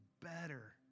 better